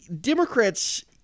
Democrats